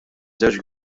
żewġ